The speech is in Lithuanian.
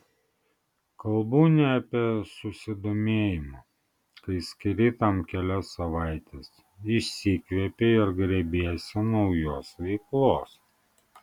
kalbu ne apie susidomėjimą kai skiri tam kelias savaites išsikvepi ir grėbiesi naujos veiklos